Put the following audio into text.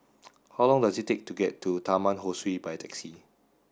how long does it take to get to Taman Ho Swee by taxi